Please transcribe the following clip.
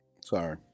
sorry